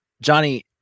Johnny